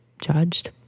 judged